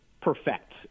perfect